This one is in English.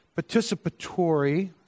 participatory